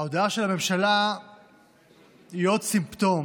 ההודעה של הממשלה היא עוד סימפטום